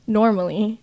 normally